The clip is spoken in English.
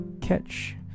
Catch